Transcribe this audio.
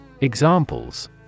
Examples